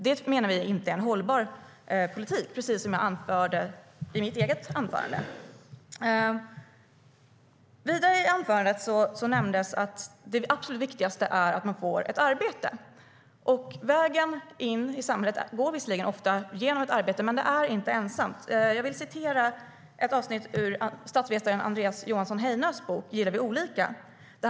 Vi menar att det inte är en hållbar politik, precis som jag anförde i mitt anförande..